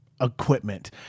Equipment